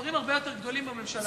במספרים הרבה יותר גדולים בממשלה הזאת.